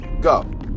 Go